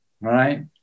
right